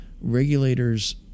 regulators